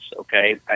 okay